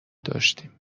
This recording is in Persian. داشتیم